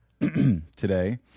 today